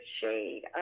shade